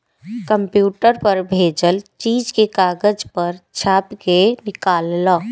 computer पर भेजल चीज के कागज पर छाप के निकाल ल